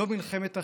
לא מלחמת אחים,